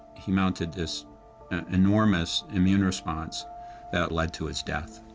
he mounted this enormous immune response that led to his death.